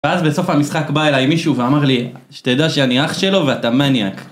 ואז בסוף המשחק בא אלי מישהו ואמר לי תדע לך שאני אח שלו ואתה מנייאק